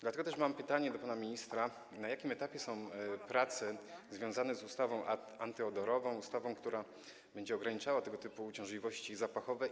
Dlatego też mam pytanie do pana ministra: Na jakim etapie są prace związane z ustawą antyodorową, ustawą, która będzie ograniczała tego typu uciążliwości zapachowe?